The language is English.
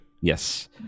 Yes